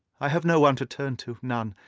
i have no one to turn to none,